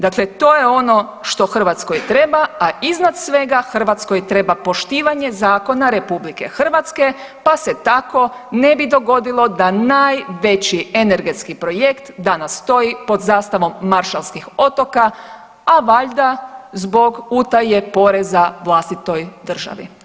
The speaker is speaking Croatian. Dakle, to je ono što Hrvatskoj treba, a iznad svega Hrvatskoj treba poštivanje zakona RH pa se tako ne bi dogodilo da najveći energetski projekt danas stoji pod zastavnom Maršalskih otoka, a valjda zbog utaje poreza vlastitoj državi.